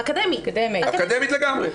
אקדמית לגמרי.